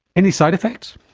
any side effects?